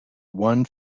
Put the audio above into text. one